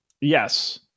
Yes